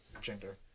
gender